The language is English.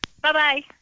Bye-bye